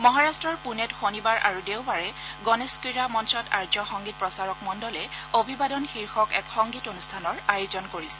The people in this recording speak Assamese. মহাৰাট্টৰ পুণেত শনিবাৰ আৰু দেওবাৰে গণেশ ক্ৰীড়া মঞ্চত আৰ্য সংগীত প্ৰচাৰক মণ্ডলে অভিবাদন শীৰ্ষক এক সংগীত অনুষ্ঠানৰ আয়োজন কৰিছে